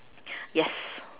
yes